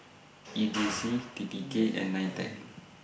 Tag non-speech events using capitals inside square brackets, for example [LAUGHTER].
E J [NOISE] C T T K and NITEC